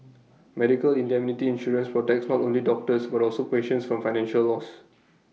medical indemnity insurance protects not only doctors but also patients from financial loss